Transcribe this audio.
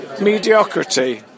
mediocrity